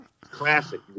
Classic